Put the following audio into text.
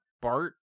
Bart